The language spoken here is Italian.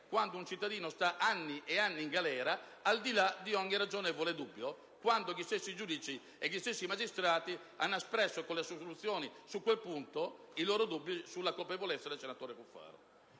quando un cittadino sta anni e anni in galera, al di là di ogni ragionevole dubbio, quando gli stessi giudici e gli stessi magistrati hanno espresso con le assoluzioni su quel punto i loro dubbi sulla sua colpevolezza, come nel caso del senatore Cuffaro.